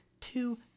two